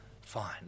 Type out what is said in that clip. fine